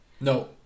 No